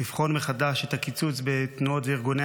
לבחון מחדש את הקיצוץ בתנועות וארגוני